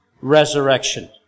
resurrection